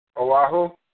Oahu